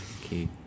key